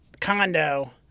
condo